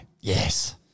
Yes